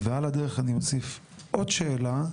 ועל הדרך אני אוסיף, עוד שאלה,